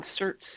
inserts